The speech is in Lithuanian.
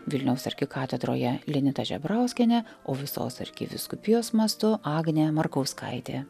vilniaus arkikatedroje linita žebrauskienė o visos arkivyskupijos mastu agnė markauskaitė